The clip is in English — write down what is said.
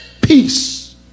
peace